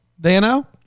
dano